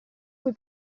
cui